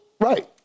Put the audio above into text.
Right